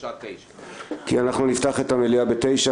בשעה 9:00. כי אנחנו נפתח את המליאה ב-9:00.